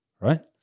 right